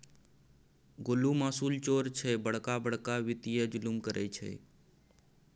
गोलु मासुल चोर छै बड़का बड़का वित्तीय जुलुम करय छै